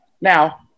Now